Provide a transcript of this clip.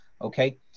okay